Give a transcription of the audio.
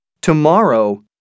tomorrow